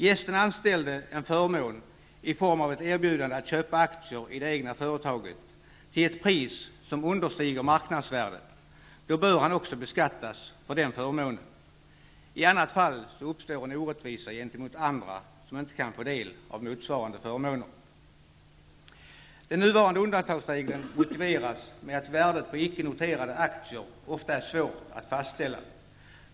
Ges den anställde en förmån i form av att erbjudande att köpa aktier i det egna företaget till ett pris som understiger marknadsvärdet, bör han också beskattas för den förmånen. I annat fall uppstår en orättvisa gentemot andra som inte kan få del av motsvarande förmåner. Den nuvarande undantagsregeln motiveras med att värdet på icke noterade aktier ofta är svårt att fastställa.